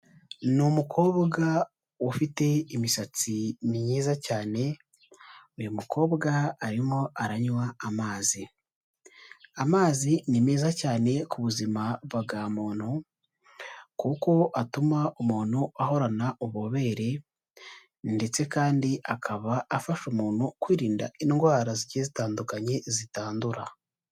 Ni umukobwa ufite imisatsi myiza cyane, uyu mukobwa arimo aranywa amazi, amazi ni meza cyane ku buzima bwa muntu, kuko atuma umuntu ahorana ububobere, ndetse kandi akaba afasha umuntu kwirinda indwara zigiye zitandukanye zitandura.